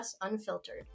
Unfiltered